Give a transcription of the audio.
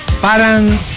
parang